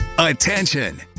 Attention